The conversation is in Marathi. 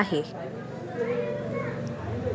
पशुपालन शेती संबंधी ती शाखा आहे जी जनावरांसोबत संबंधित आहे